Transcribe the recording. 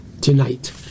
tonight